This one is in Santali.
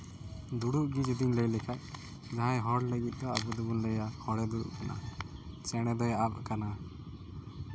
ᱫᱩᱲᱩᱵ ᱜᱮ ᱡᱩᱫᱤᱧ ᱞᱟᱹᱭ ᱞᱮᱠᱷᱟᱱ ᱡᱟᱦᱟᱸᱭ ᱦᱚᱲ ᱞᱟᱹᱜᱤᱫ ᱛᱮ ᱟᱵᱚ ᱫᱚᱵᱚᱱ ᱞᱟᱹᱭᱟ ᱦᱚᱲᱮ ᱫᱩᱲᱩᱵ ᱠᱟᱱᱟ ᱪᱮᱬᱮ ᱫᱚᱭ ᱟᱯ ᱠᱟᱱᱟ